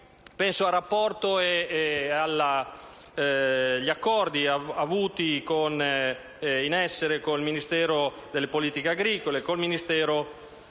al rapporto e agli accordi vigenti con il Ministero delle politiche agricole e con il Ministero